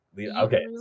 okay